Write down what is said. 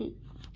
फ्ही